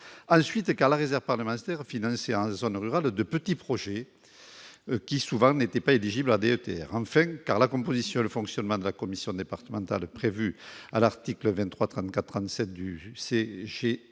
Ensuite, parce que la réserve parlementaire finançait en zone rurale de petits projets qui, souvent, n'étaient pas éligibles à la DETR. Enfin, parce que la composition et le fonctionnement de la commission départementale prévue à l'article L. 2334-37 du code